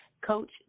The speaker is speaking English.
Coach